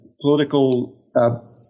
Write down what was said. political